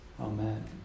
Amen